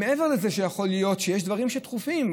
מעבר לזה שיכול להיות שיש דברים שהם דחופים,